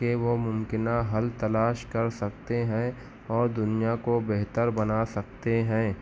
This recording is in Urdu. کہ وہ ممکنہ حل تلاش کر سکتے ہیں اور دنیا کو بہتر بنا سکتے ہیں